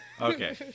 Okay